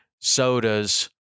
sodas